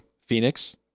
Phoenix